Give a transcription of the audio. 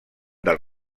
del